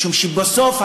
משום שבסוף,